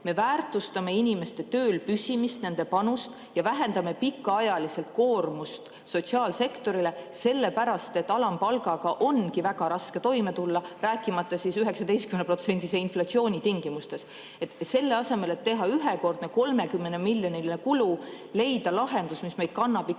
Me väärtustaksime inimeste tööl püsimist, nende panust ja vähendaksime pikaajaliselt koormust sotsiaalsektorile. Alampalgaga on väga raske toime tulla, rääkimata siis 19%-lise inflatsiooni tingimustes. Selle asemel [oleks võinud] teha ühekordse 30-miljonilise kulu ja leida lahendus, mis meid kannaks